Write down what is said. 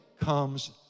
comes